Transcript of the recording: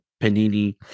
Panini